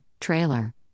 Trailer